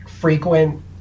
frequent